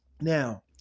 Now